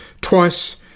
twice